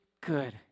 good